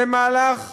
זה מהלך מסוכן,